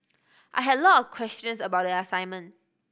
I had a lot of questions about the assignment